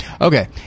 okay